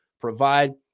provide